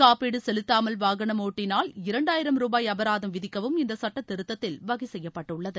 காப்பீடு செலுத்தாமல் வாகனம் ஒட்டினால் இரண்டாயிரம் ருபாய் அபராதம் விதிக்கவும் இந்த சட்டத்திருத்தத்தில் வகை செய்யப்பட்டுள்ளது